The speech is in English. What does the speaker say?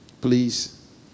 please